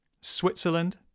Switzerland